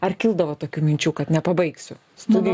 ar kildavo tokių minčių kad nepabaigsiu studijų